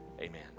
Amen